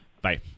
Bye